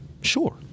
Sure